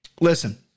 listen